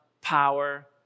power